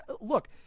Look